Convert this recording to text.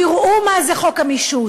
תראו מה זה חוק המישוש,